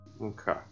Okay